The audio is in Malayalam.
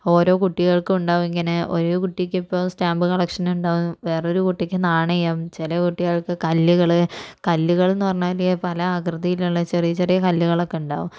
ഓരോ കുട്ടികൾക്കുണ്ടാവും ഇങ്ങനെ ഒരു കുട്ടിക്കിപ്പം സ്റ്റാമ്പ് കളക്ഷന്ണ്ടാവും വേറൊരു കുട്ടിക്ക് നാണയം ചില കുട്ടികൾക്ക് കല്ല്കള് കല്ല്കൾന്ന് പറഞ്ഞാല് പല ആകൃതിയിലുള്ള ചെറിയ ചെറിയ കല്ലുകളൊക്കെയുണ്ടാകും